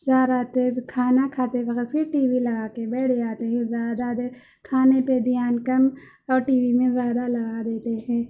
کیا رہتے کھانا کھاتے وقت بھی ٹی وی لگا کے بیٹھ جاتے زیادہ دیر کھانے پہ دھیان کم اور ٹی وی میں زیادہ لگا دیتے ہیں